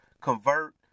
convert